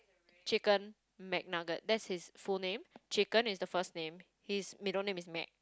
chicken Mcnugget that's his full name chicken is the first name his middle name is Mac